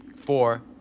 Four